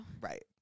Right